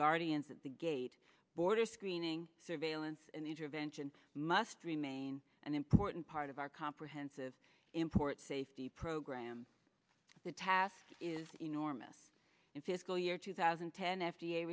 guardians at the gate border screening surveillance and intervention must remain an important part of our comprehensive import safety program the task is enormous in fiscal year two thousand and ten f